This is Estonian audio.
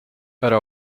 ära